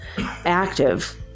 active